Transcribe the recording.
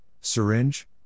syringe